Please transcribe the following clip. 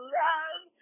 love